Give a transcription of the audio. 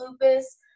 lupus